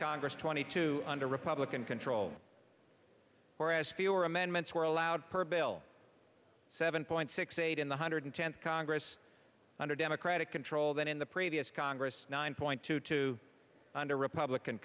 congress twenty two under republican control whereas fewer amendments were allowed per bill seven point six eight in the hundred tenth congress under democratic control than in the previous congress nine point two two under republican